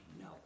No